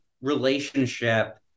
relationship